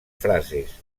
frases